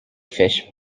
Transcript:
fish